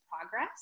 progress